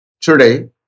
Today